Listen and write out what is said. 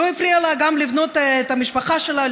לא הפריע לה לבנות את המשפחה שלה,